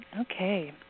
Okay